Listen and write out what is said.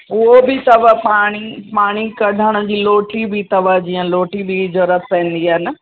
उहो बि अथव पाणी पाणी कढण जी लोटी बि अथव जीअं लोटी बि ज़रूरत पवंदी आहे न